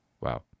Wow